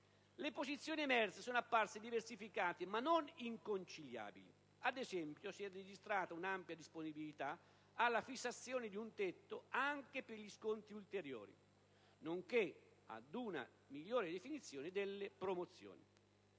Le posizioni emerse sono apparse diversificate, ma non inconciliabili. Ad esempio, si è registrata un'ampia disponibilità alla fissazione di un tetto anche per gli sconti ulteriori, nonché ad una migliore definizione delle promozioni.